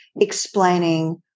explaining